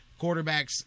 quarterbacks